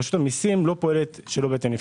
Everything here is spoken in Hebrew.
רשות המיסים לא פועלת שלא בהתאם לחוק.